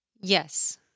Yes